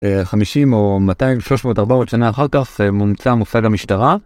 50 או 200, 300, 400 שנה אחר כך מומצא מוסד המשטרה.